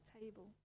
table